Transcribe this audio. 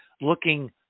looking